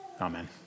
Amen